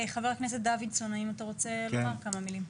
חבר הכנסת דוידסון, האם אתה רוצה לומר כמה מילים?